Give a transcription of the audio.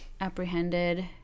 apprehended